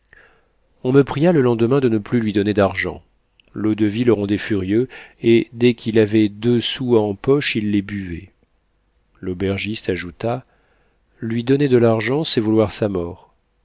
on me pria le lendemain de ne plus lui donner d'argent l'eau-de-vie le rendait furieux et dès qu'il avait deux sous en poche il les buvait l'aubergiste ajouta lui donner de l'argent c'est vouloir sa mort